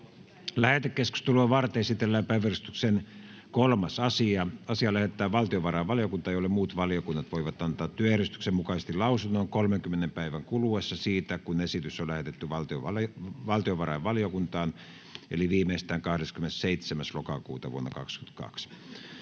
Lähetekeskustelua varten esitellään päiväjärjestyksen 3. asia. Asia lähetetään valtiovarainvaliokuntaan, jolle muut valiokunnat voivat antaa työjärjestyksen mukaisesti lausunnon 30 päivän kuluessa siitä, kun esitys on lähetetty valtiovarainvaliokuntaan eli viimeistään 27.10.2022.